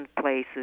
places